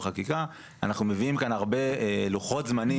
בחקיקה אנחנו מביאים כאן הרבה לוחות זמנים,